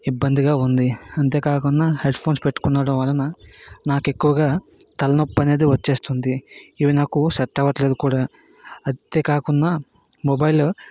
ఇబ్బందిగా ఉంది అంతేకాకుండా హెడ్ఫోన్స్ పెట్టుకోవడం వలన నాకు ఎక్కువగా తలనొప్పి అనేది వచ్చేస్తుంది ఇవి నాకు సెట్ అవ్వట్లేదు కూడా అంతేకాకుండా మొబైల్